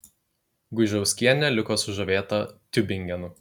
guižauskienė liko sužavėta tiubingenu